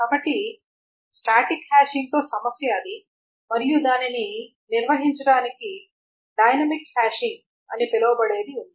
కాబట్టి స్టాటిక్ హ్యాషింగ్తో సమస్య అది మరియు దానిని నిర్వహించడానికి డైనమిక్ హ్యాషింగ్ అని పిలవబడేది ఉంది